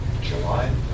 July